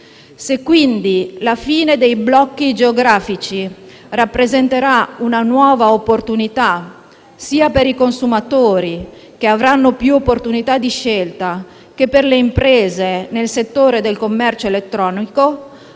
Se quindi la fine dei blocchi geografici rappresenterà una nuova opportunità sia per i consumatori, che avranno più opportunità di scelta, sia per le imprese nel settore del commercio elettronico